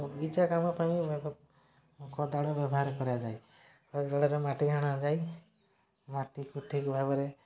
ବଗିଚା କାମ ପାଇଁ କୋଦାଳ ବ୍ୟବହାର କରାଯାଏ କୋଦାଳରେ ମାଟି ହଣା ଯାଇ ମାଟିକୁ ଠିକ୍ ଭାବରେ